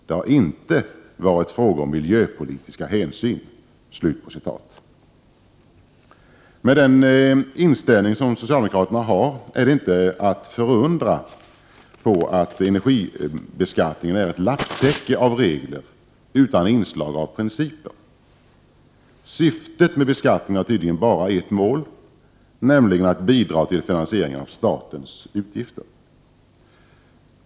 Det har alltså inte varit frågan om miljöpolitiska hänsyn.” Med den inställning som socialdemokraterna har är det inte att undra på att energibeskattningen är ett lapptäcke av regler utan inslag av principer. Syftet med beskattningen är tydligen bara att bidra till finansieringen av statens utgifter.